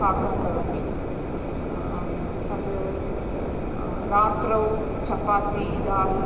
पाकं करोमि तथा रात्रौ चपाति दाल्